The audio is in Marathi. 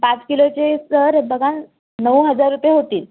पाच किलोचे सर बघा नऊ हजार रूपये होतील